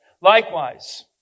likewise